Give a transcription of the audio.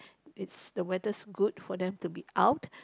is the weather's good for them to be out